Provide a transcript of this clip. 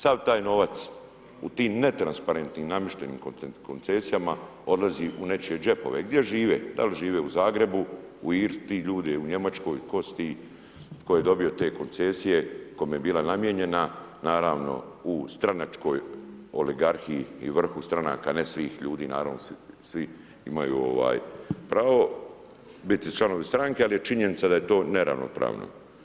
Sav taj novac u tim netransparentnim namještenim koncesijama odlazi u nečije džepove, gdje žive da li žive u Zagrebu, u Irskoj, ti ljudi, u Njemačkoj, tko su ti, tko je dobio te koncesije, kome je bila namijenjena, naravno u stranačkoj oligarhiji i vrhu stranaka, ne svih ljudi naravno, svi imaju pravo biti članovi stranke, ali je činjenica da je to neravnopravno.